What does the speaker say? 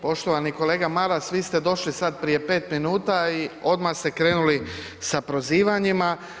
Poštovani kolega Maras, vi ste došli sad prije 5 minuta i odmah ste krenuli sa prozivanjima.